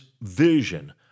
vision